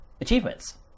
achievements